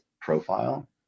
profile